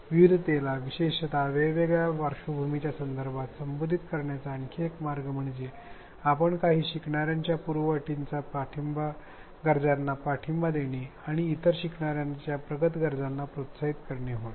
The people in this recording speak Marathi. विविधतेला विशेषत वेगवेगळ्या पार्श्वभूमीच्या संदर्भात संबोधित करण्याचा आणखी एक मार्ग म्हणजे आपण काही शिकणाऱ्यांच्या पूर्वअटींच्या गरजांना पाठिंबा देणे आणि इतर शिकणाऱ्यांच्या प्रगत गरजांना प्रोत्साहित करणे हा होय